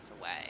away